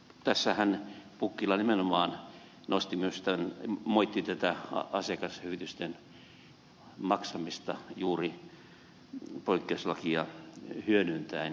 tässähän pukkila nimenomaan myös moitti asiakashyvitysten maksamista juuri poikkeuslakia hyödyntäen